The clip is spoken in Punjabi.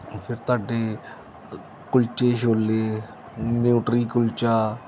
ਫਿਰ ਤੁਹਾਡੇ ਕੁਲਚੇ ਛੋਲੇ ਨਿਊਟਰੀ ਕੁਲਚਾ